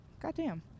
Goddamn